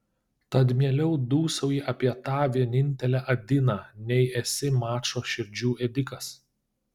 tad mieliau dūsauji apie tą vienintelę adiną nei esi mačo širdžių ėdikas